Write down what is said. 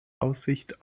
aussicht